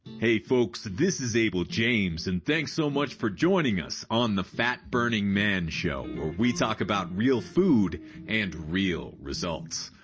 hey folks this is abel james and thanks so much for joining us on the fat-burning man show we talked about real food and real results.